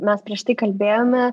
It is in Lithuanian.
mes prieš tai kalbėjome